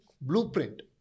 blueprint